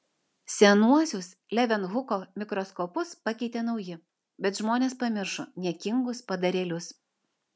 senuosius levenhuko mikroskopus pakeitė nauji bet žmonės pamiršo niekingus padarėlius